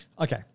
okay